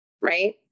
right